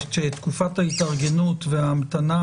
ושתקופת ההתארגנות וההמתנה